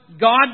God